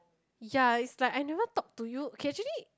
ya it's like I never talked to you okay actually